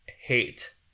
hate